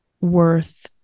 worth